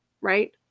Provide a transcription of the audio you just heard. Right